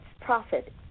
profit